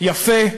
יפה,